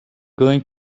going